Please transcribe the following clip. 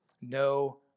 No